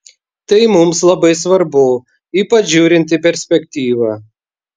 tai mums labai svarbu ypač žiūrint į perspektyvą